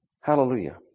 Hallelujah